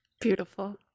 Beautiful